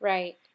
Right